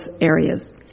areas